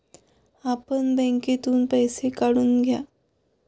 आपण बँकेतून पैसे काढून घ्या